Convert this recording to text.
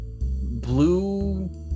blue